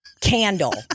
candle